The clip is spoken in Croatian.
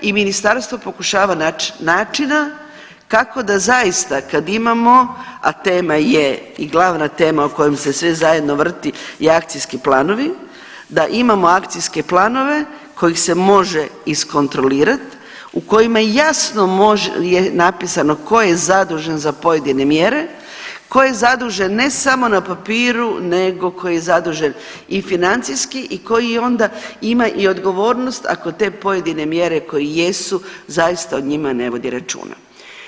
I ministarstvo pokušava naći načina kako da zaista kad imamo a tema je i glavna tema o kojoj se sve zajedno vrti i akcijski planovi, da imamo akcijske planove kojih se može iskontrolirati, u kojima je jasno napisano tko je zadužen za pojedine mjere, tko je zadužen ne samo na papiru, nego koji je zadužen i financijski i koji onda ima i odgovornost ako te pojedine mjere koje jesu zaista o njima ne vodi računa.